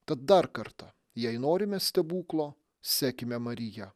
tad dar kartą jei norime stebuklo sekime marija